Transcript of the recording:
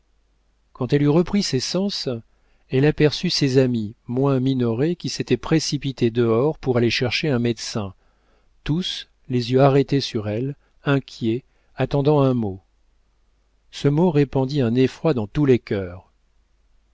quand elle eut repris ses sens elle aperçut ses amis moins minoret qui s'était précipité dehors pour aller chercher un médecin tous les yeux arrêtés sur elle inquiets attendant un mot ce mot répandit un effroi dans tous les cœurs